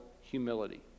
humility